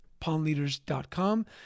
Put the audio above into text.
PawnLeaders.com